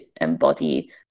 embody